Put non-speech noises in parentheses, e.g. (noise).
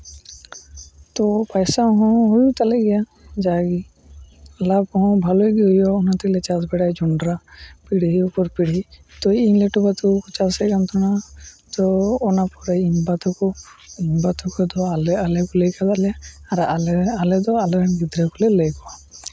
ᱛᱚ ᱯᱚᱭᱥᱟ ᱦᱚᱸ ᱦᱩᱭᱩᱜ ᱛᱟᱞᱮ ᱜᱮᱭᱟ ᱡᱟᱜᱮ ᱞᱟᱵᱽ ᱠᱚᱦᱚᱸ ᱵᱷᱟᱜᱮ ᱜᱮ ᱦᱩᱭᱩᱜᱼᱟ ᱚᱱᱟ ᱛᱮᱞᱮ ᱪᱟᱥ ᱵᱟᱲᱟᱭᱟ ᱡᱚᱱᱰᱨᱟ ᱯᱤᱲᱦᱤ ᱩᱯᱚᱨ ᱯᱤᱲᱦᱤ ᱛᱚ ᱤᱧ ᱞᱟᱹᱴᱩ ᱵᱟᱵᱟ ᱛᱟᱠᱚ ᱪᱟᱥ ᱠᱟᱱ ᱛᱟᱦᱮᱱᱟ ᱛᱚ ᱚᱱᱟ ᱯᱚᱨᱮ ᱤᱧ ᱵᱟ ᱛᱟᱠᱚ ᱤᱧ ᱵᱟ ᱛᱟᱠᱚ ᱫᱚ ᱟᱞᱮ (unintelligible) ᱟᱨ ᱟᱞᱮ ᱫᱚ ᱟᱞᱮᱨᱮᱱ ᱜᱤᱫᱽᱨᱟᱹ ᱠᱚᱞᱮ ᱞᱟᱹᱭ ᱠᱚᱣᱟ